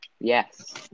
Yes